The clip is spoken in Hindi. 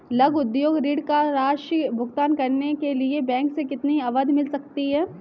लघु उद्योग ऋण की राशि का भुगतान करने के लिए बैंक से कितनी अवधि मिल सकती है?